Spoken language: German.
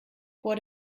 vor